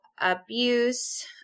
abuse